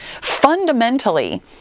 fundamentally